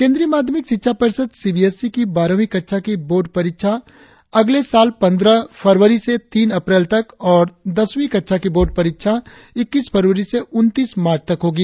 केंद्रीय माध्यमिक शिक्षा बोर्ड सीबीएससी की बारहवीं कक्षा की बोर्ड परीक्षा अगले साल पंद्रह फरवरी से तीन अप्रैल तक और दसवीं कक्षा की बोर्ड परीक्षा इक्कीस फरवरी से उनतीस मार्च तक होगी